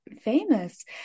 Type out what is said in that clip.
famous